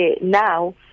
now